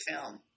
film